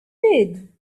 did